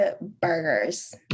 burgers